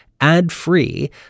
ad-free